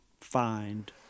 find